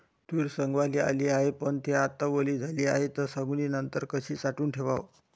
तूर सवंगाले आली हाये, पन थे आता वली झाली हाये, त सवंगनीनंतर कशी साठवून ठेवाव?